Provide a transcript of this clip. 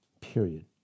Period